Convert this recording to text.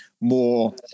More